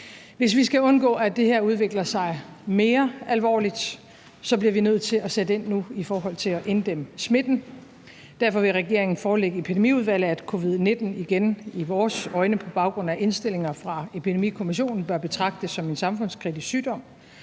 Hvis vi skal undgå, at det her udvikler sig mere alvorligt, bliver vi nødt til at sætte ind nu i forhold til at inddæmme smitten. Derfor vil regeringen forelægge for Epidemiudvalget, at covid-19 igen i vores øjne på baggrund af indstillinger fra Epidemikommission bør betragtes som en samfundskritisk sygdom,